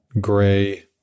gray